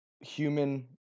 human